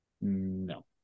No